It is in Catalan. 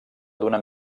donar